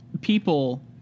people